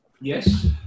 Yes